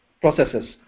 processes